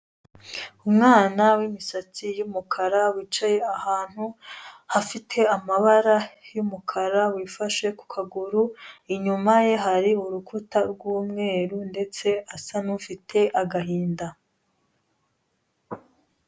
Umwana w'imisatsi y'umukara wicaye ahantu hafite amabara y'umukara wifasha ku kaguru, inyuma ye hari urukuta rw'umweru ndetse asa n'ufite agahinda.